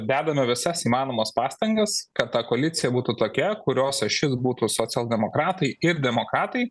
dedame visas įmanomas pastangas kad ta koalicija būtų tokia kurios ašis būtų socialdemokratai ir demokratai